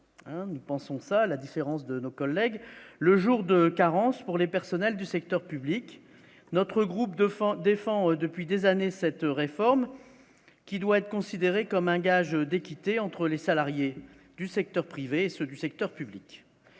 nous pensons que ça la différence de nos collègues, le jour de carence pour les personnels du secteur public, notre groupe de défend depuis des années, cette réforme, qui doit être considérée comme un gage d'équité entre les salariés du secteur privé et ceux du secteur public,